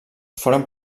foren